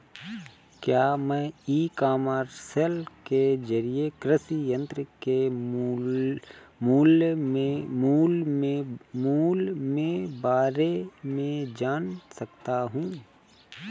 क्या मैं e commerce के ज़रिए कृषि यंत्र के मूल्य में बारे में जान सकता हूँ?